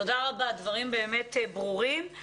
תודה רבה, דברים באמת ברורים.